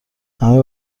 همه